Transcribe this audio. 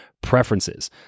preferences